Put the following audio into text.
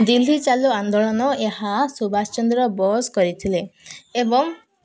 ଦିଲ୍ଲୀ ଚାଲ ଆନ୍ଦୋଳନ ଏହା ସୁବାଷ ଚନ୍ଦ୍ର ବୋଷ କରିଥିଲେ ଏବଂ